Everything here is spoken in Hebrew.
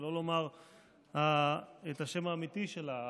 שלא לומר את השם האמיתי שלה,